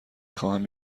خواهم